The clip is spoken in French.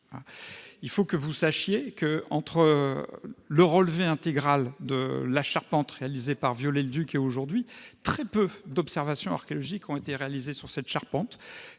Il faut savoir qu'entre le relevé intégral de la charpente réalisé par Viollet-le-Duc et aujourd'hui, très peu d'observations archéologiques ont été réalisées sur cette charpente.